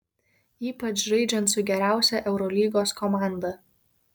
ypač žaidžiant su geriausia eurolygos komanda